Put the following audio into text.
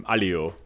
Alio